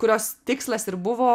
kurios tikslas ir buvo